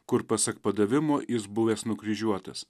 kur pasak padavimo jis buvęs nukryžiuotas